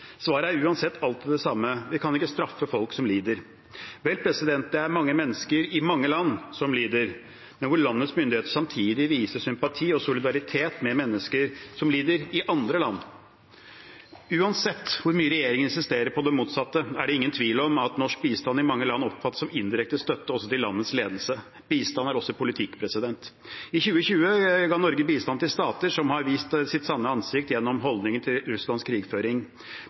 Svaret er uansett alltid det samme: Vi kan ikke straffe folk som lider. Vel, det er mange mennesker i mange land som lider, men hvor landets myndigheter samtidig viser sympati og solidaritet med mennesker som lider i andre land. Uansett hvor mye regjeringen insisterer på det motsatte, er det ingen tvil om at norsk bistand i mange land oppfattes som indirekte støtte også til landets ledelse – bistand er også politikk. I 2020 ga Norge bistand til stater som har vist sitt sanne ansikt gjennom holdningen til Russlands krigføring.